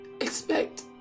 expect